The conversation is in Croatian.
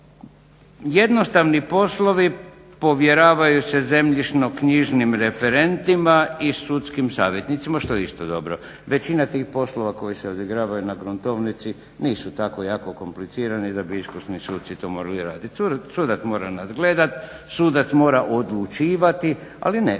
Jednostavni poslovi povjeravaju se zemljišno-knjižnim referentima i sudskim savjetnicima što je isto dobro. Većina tih poslova koji se odigravaju na gruntovnici nisu tako jako komplicirani da bi iskusni suci to morali raditi. Sudac mora nadgledati, sudac mora odlučivati ali ne